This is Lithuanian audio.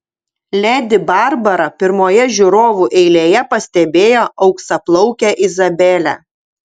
ledi barbara pirmoje žiūrovų eilėje pastebėjo auksaplaukę izabelę